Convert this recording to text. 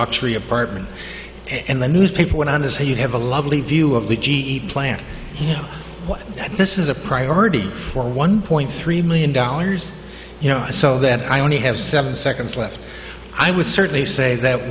luxury apartment and the newspaper went on to say you have a lovely view of the plant here this is a priority for one point three million dollars you know so that i only have seven seconds left i would certainly say